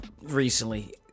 recently